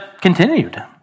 continued